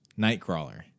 Nightcrawler